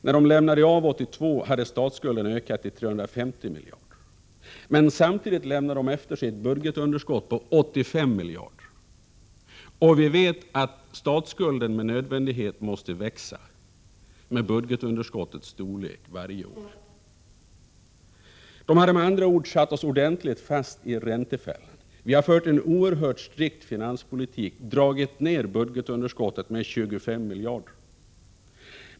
När de lämnade av 1982 hade statsskulden ökat till 350 miljarder, men samtidigt lämnade de efter sig ett budgetunderskott på 85 miljarder kronor. Vi vet att statsskulden med nödvändighet måste växa i takt med budgetunderskottets storlek varje år. De hade med andra ord satt oss ordentligt fast i en räntefälla. Vi har fört en oerhört strikt finanspolitik, dragit ned på budgetunderskottet med 25 miljarder.